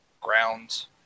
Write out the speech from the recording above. grounds